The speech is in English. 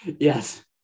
Yes